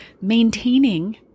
Maintaining